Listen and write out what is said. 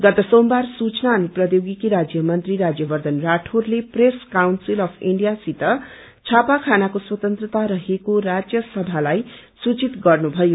गत सोमबार सुक्ना अनि प्रौद्योगिकी राज्यमन्त्री राज्यवर्ड्न राठौड़ले प्रेस काउन्सित अफ इण्डियासित छापाखानाको स्वतन्त्रता रहेको राज्य सभालाई सूचित गर्नुभयो